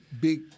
big